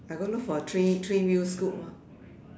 I go look for three three wheel scoot lor